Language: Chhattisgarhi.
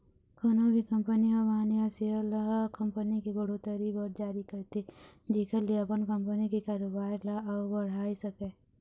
कोनो भी कंपनी ह बांड या सेयर ल कंपनी के बड़होत्तरी बर जारी करथे जेखर ले अपन कंपनी के कारोबार ल अउ बढ़ाय सकय